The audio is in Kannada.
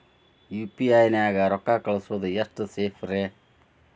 ಯು.ಪಿ.ಐ ನ್ಯಾಗ ರೊಕ್ಕ ಕಳಿಸೋದು ಎಷ್ಟ ಸೇಫ್ ರೇ?